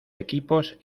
equipos